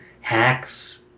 hacks